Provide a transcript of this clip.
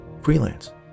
freelance